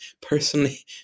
personally